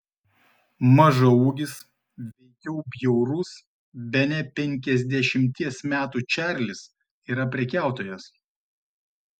mažaūgis veikiau bjaurus bene penkiasdešimties metų čarlis yra prekiautojas